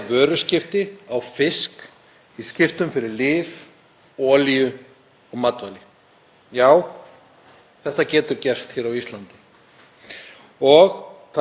Það er vonandi að sú svarta sviðsmynd verði ekki raunin aftur en það er mikilvægt að við byggjum upp viðbragðsáætlanir og mótvægisaðgerðir